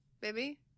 Baby